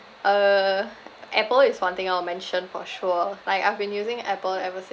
uh Apple is one thing I'll mention for sure like I've been using Apple ever